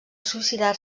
suïcidar